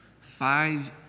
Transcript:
five